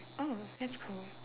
oh that's cool